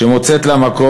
שמוצאת לה מקום.